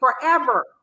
forever